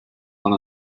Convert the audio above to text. one